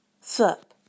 Sup